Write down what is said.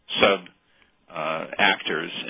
sub-actors